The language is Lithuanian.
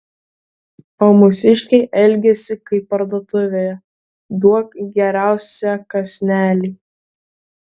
o mūsiškiai elgiasi kaip parduotuvėje duok geriausią kąsnelį